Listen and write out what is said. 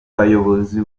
bayobozi